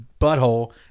butthole